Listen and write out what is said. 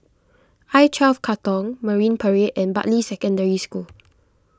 I twelve Katong Marine Parade and Bartley Secondary School